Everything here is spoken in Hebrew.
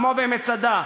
כמו במצדה.